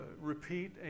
repeat